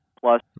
plus